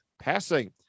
Passing